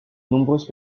nombreuses